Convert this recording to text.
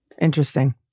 interesting